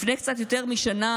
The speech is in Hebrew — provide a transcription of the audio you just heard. לפני קצת יותר משנה,